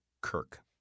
Kirk